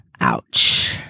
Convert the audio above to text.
Ouch